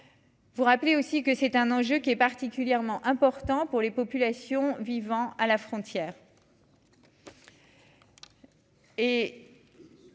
Vous rappeler aussi que c'est un enjeu qui est particulièrement important pour les populations vivant à la frontière.